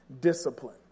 discipline